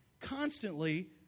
constantly